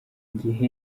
gihe